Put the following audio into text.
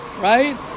Right